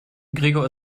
gregor